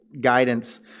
guidance